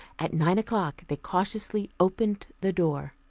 at nine o'clock they cautiously opened the door.